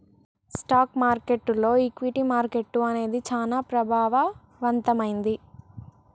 stock మార్కెట్టులో equity market అనేది చానా ప్రభావవంతమైంది